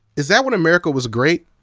is that when america was great?